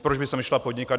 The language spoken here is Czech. Proč by sem šla podnikat?